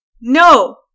No